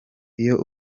iyo